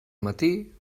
matí